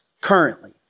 currently